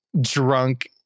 drunk